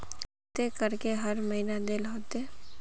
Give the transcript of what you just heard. केते करके हर महीना देल होते?